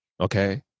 okay